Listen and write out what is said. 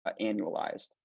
annualized